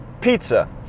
pizza